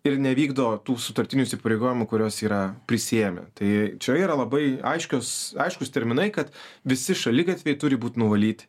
ir nevykdo tų sutartinių įsipareigojimų kuriuos yra prisiėmė tai čia yra labai aiškios aiškūs terminai kad visi šaligatviai turi būt nuvalyti